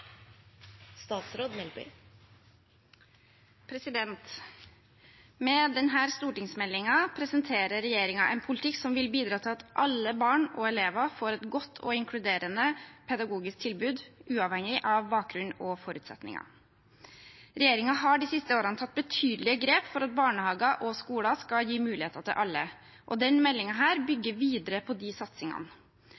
at alle barn og elever får et godt og inkluderende pedagogisk tilbud, uavhengig av bakgrunn og forutsetninger. Regjeringen har de siste årene tatt betydelige grep for at barnehager og skoler skal gi muligheter til alle, og